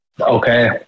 okay